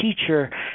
teacher